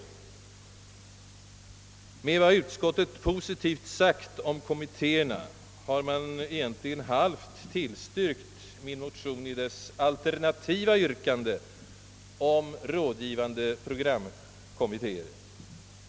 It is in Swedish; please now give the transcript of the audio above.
Utskottet har med sin positiva skrivning om dessa kommittcer redan till hälften tillstyrkt min motions alternativa yrkande om rådgivande programkommittter.